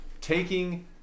taking